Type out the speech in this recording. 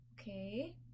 okay